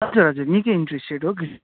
हजुर हजुर निकै इन्ट्रेस्टेड हो